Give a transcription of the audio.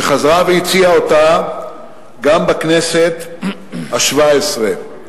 שחזרה והציעה אותה גם בכנסת השבע-עשרה.